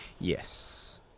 Yes